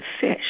fish